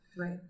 Right